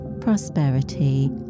prosperity